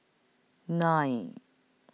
nine